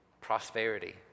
prosperity